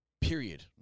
Period